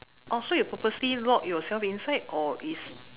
oh so you purposely lock yourself inside or is